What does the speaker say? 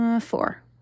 Four